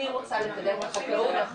אני רוצה לדבר על החקלאות.